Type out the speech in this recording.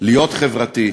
להיות חברתי,